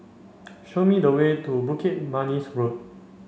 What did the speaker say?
show me the way to Bukit Manis Road